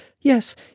yes